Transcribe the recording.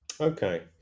Okay